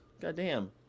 Goddamn